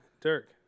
Dirk